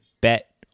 bet